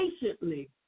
patiently